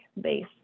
base